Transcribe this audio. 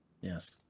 Yes